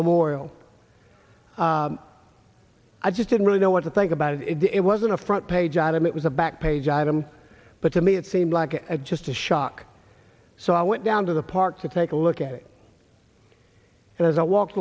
memorial i just didn't really know what to think about it wasn't a front page item it was a back page item but to me it seemed like a just a shock so i went down to the park to take a look at it and as i walked